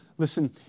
Listen